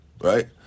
right